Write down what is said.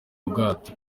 ubwato